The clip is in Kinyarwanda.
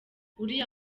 uriya